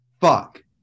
Fuck